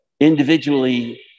Individually